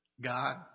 God